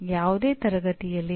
ಪ್ರೋಗ್ರಾಂಗೆ ಯಾವುದೇ ಅರ್ಥವಿಲ್ಲ